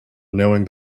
knowing